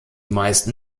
meisten